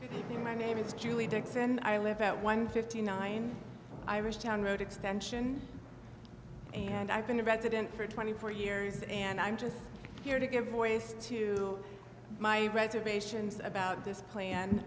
good evening my name is julie dix and i live at one fifty nine irish town road extension and i've been a resident for twenty four years and i'm just here to give voice to my reservations about this pla